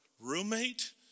roommate